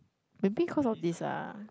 maybe cause of this ah